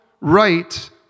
right